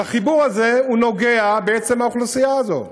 אז החיבור הזה נוגע בעצם באוכלוסייה הזאת,